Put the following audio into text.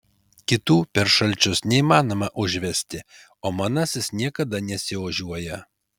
kitų per šalčius neįmanoma užvesti o manasis niekada nesiožiuoja